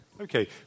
Okay